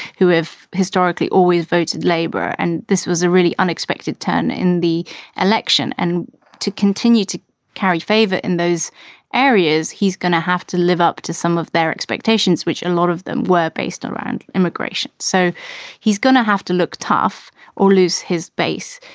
who have historically always voted labour. and this was a really unexpected turn in the election. and to continue to carry favor in those areas, he's going to have to live up to some of their expectations, which a lot of them were based around immigration. so he's going to have to look tough or lose his base.